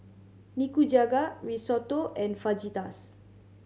Nikujaga Risotto and Fajitas